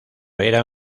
era